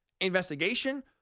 investigation